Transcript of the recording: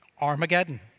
Armageddon